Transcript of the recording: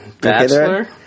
Bachelor